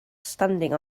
standing